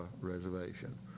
Reservation